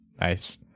Nice